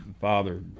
Father